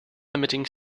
emitting